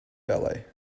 ballet